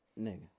Nigga